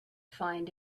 find